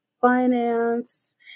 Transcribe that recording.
finance